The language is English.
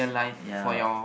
ya